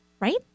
right